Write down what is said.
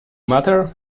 matter